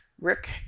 Rick